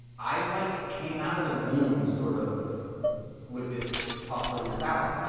i've like came out of the womb sort of with this hustler mentality. like